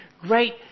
great